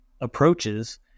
approaches